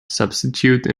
substitute